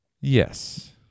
Yes